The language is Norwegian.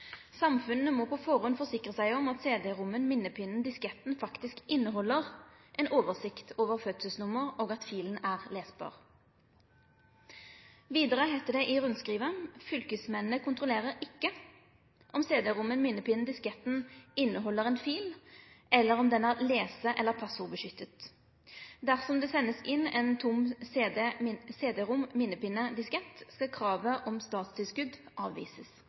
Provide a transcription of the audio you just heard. Samfunnene må på forhånd forsikre seg om at CD-ROM-en/minnepinnen/disketten faktisk inneholder en oversikt over fødselsnummer og at filen er lesbar.» Det heiter vidare i rundskrivet: «Fylkesmennene kontrollerer ikke om CD-ROM-en/minnepinnen/disketten inneholder en fil eller om den er lese- eller passordbeskyttet. Dersom det sendes inn en tom CD-ROM/minnepinne/diskett, skal kravet om statstilskudd avvises.»